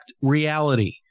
reality